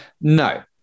No